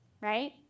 right